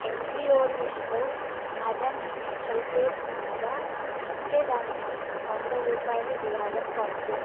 NGO లిస్ట్లో mother HelpAge ఉన్నదా ఉంటే దానికి వంద రూపాయలు విరాళం పంపు